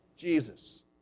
Jesus